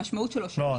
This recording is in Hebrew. המשמעות שלו --- לא,